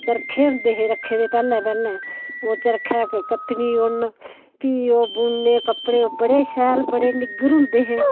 चरखे होंदे है रक्खे दै पहले ओह् चरखे कन्ने कत्तनी उन फिह् ओह् बुनाने कपडे़ बडे़ शैल बडे़ निग्गर होंदे हे